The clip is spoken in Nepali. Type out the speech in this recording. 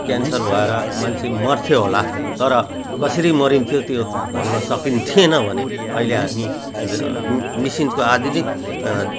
क्यान्सर भएर मान्छे मर्थ्यो होला तर कसरी मरिन्थ्यो त्यो भन्नसकिने थिएन भने अहिले हामी ज मसिनको आधुनिक